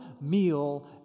meal